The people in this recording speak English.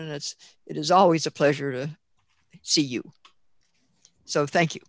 minutes it is always a pleasure to see you so thank you